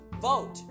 vote